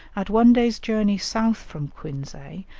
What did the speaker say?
at one day's journey south from quinsay,